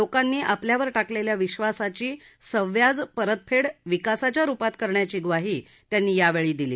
लोकांनी आपल्यावर टाकलेल्या विश्वासाची सव्याज परतफेड विकासाच्या रुपात करण्याची ग्वाही त्यांनी यावेळी दिली